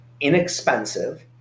inexpensive